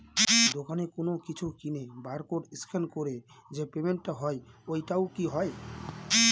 দোকানে কোনো কিছু কিনে বার কোড স্ক্যান করে যে পেমেন্ট টা হয় ওইটাও কি হয়?